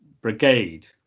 brigade